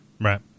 Right